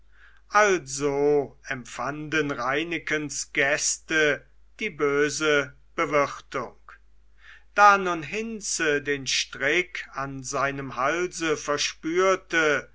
also empfanden reinekens gäste die böse bewirtung da nun hinze den strick an seinem halse verspürte